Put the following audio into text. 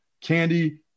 Candy